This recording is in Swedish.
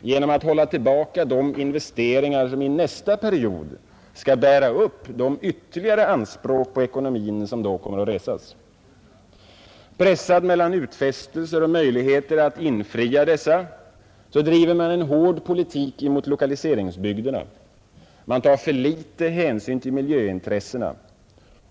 genom att hålla tillbaka de investeringar som i nästa period skall bära upp de ytterligare anspråk på ekonomin som då kommer att resas. Pressad mellan utfästelser och möjligheter att infria dessa bedriver man en hård politik mot lokaliseringsbygderna. Man tar för litet hänsyn till miljöintressena.